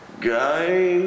guys